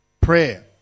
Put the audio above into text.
Prayer